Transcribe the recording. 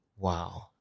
Wow